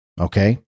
Okay